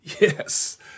Yes